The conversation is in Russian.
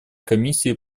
комиссии